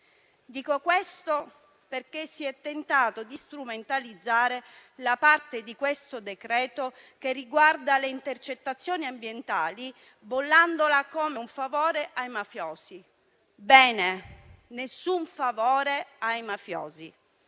Dico questo, perché si è tentato di strumentalizzare la parte del decreto al nostro esame che riguarda le intercettazioni ambientali, bollandola come un favore ai mafiosi. Bene, nessun favore ai mafiosi;